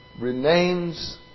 remains